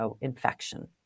infection